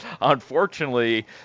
unfortunately